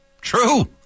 True